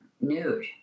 nude